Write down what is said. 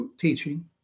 teaching